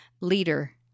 leader